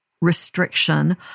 restriction